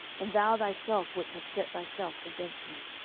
and thou thyself wouldest have set thyself against me.